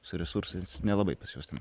su resursais nelabai pas juos ten